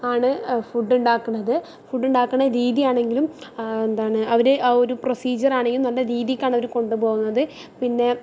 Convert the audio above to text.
ആണ് ഫുഡുണ്ടാക്കണത് ഫുഡുണ്ടാക്കണത് രീതിയാണെങ്കിലും എന്താണ് അവർ ആ ഒരു പ്രൊസിജിയാറാണെങ്കിലും നല്ല രീതിക്കാണ് അവർ കൊണ്ട് പോകുന്നത് പിന്നെ